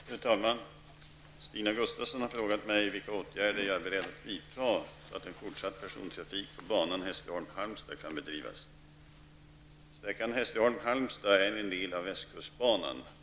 Fru talman! Stina Gustavsson har frågat mig vilka åtgärder jag är beredd att vidta så att en fortsatt persontrafik på banan Hässleholm--Halmstad kan bedrivas. Sträckan Hässleholm--Halmstad är en del av västkustbanan.